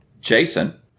Jason